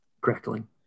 crackling